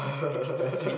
extra sweet